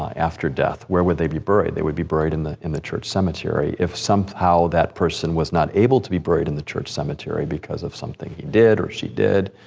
ah after death, where would they be buried? they would be buried in the, in the church cemetery. if somehow that person was not able to be buried in the church cemetery because of something he did or she did,